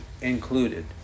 included